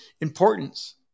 importance